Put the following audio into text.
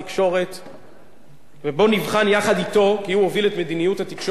כי הוא הוביל את מדיניות התקשורת בהצלחה אדירה בארבע השנים האחרונות,